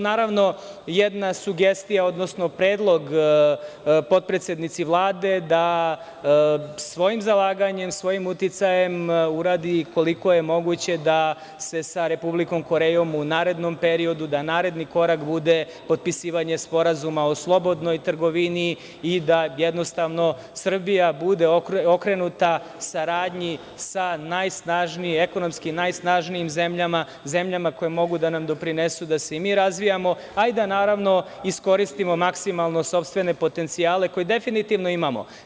Naravno, jedna sugestija, odnosno predlog potpredsednici Vlade da svojim zalaganjem, svojim uticajem uradi koliko je moguće da se sa Republikom Korejom u narednom periodu, da naredni korak bude potpisivanje Sporazuma o slobodnoj trgovini i da jednostavno Srbija bude okrenuta saradnji sa ekonomski najsnažnijim zemljama, zemljama koja mogu da nam doprinesu da se i mi razvijamo, a i da, naravno, iskoristimo maksimalno sopstvene potencijale, koje definitivno imamo.